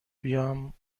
بیام